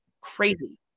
Crazy